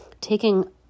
taking